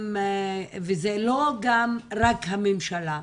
וזה לא גם רק הממשלה,